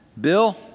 Bill